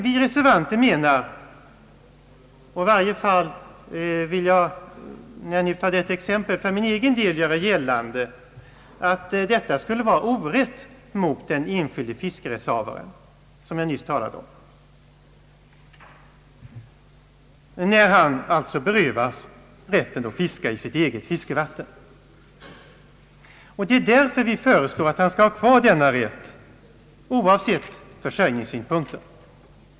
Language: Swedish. Vi reservanter anser emellertid — i varje fall har jag med detta exempel velat göra min ståndpunkt gällande — att det vore orätt mot den enskilde fiskerättsinnehavaren att berövas rätten att fiska i sitt eget fiskevatten. Därför föreslår vi att han skall få behålla denna rätt oavsett försörjningssynpunkten.